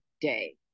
day